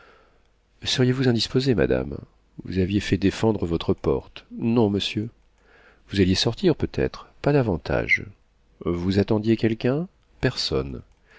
seriez-vous indisposée madame vous aviez fait défendre votre porte non monsieur vous alliez sortir peut-être pas davantage vous attendiez quelqu'un personne